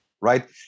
right